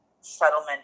settlement